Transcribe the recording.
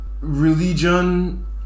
religion